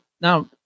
now